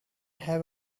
have